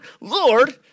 Lord